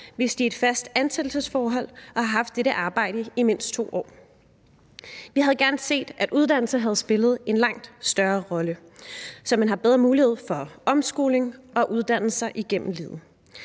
hvis de er i et fast ansættelsesforhold og har haft dette arbejde i mindst 2 år. Vi havde gerne set, at uddannelse havde spillet en langt større rolle, så man har bedre mulighed for omskoling og uddannelser igennem livet.